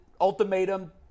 ultimatum